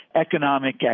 economic